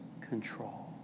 control